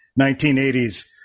1980s